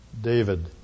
David